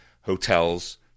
hotels